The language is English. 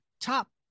top